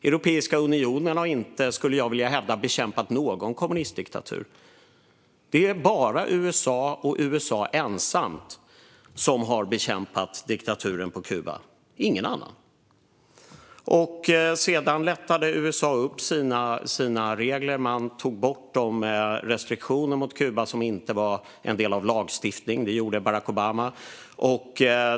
Europeiska unionen har inte, skulle jag vilja hävda, bekämpat någon kommunistdiktatur. Det är bara USA, och USA ensamt, som har bekämpat diktaturen på Kuba, ingen annan. Sedan lättade USA upp sina regler, och Barack Obama tog bort de restriktioner mot Kuba som inte var en del av lagstiftningen.